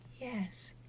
Yes